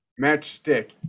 Matchstick